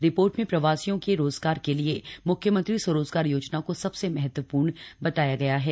report में प्रवासियों के रोजगार के लिए मुख्यमंत्री स्वरोजगार योजना को सबसे महत्वपूर्ण बताया गया है